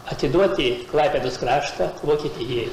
atiduoti klaipėdos kraštą vokietijai